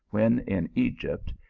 when in egypt,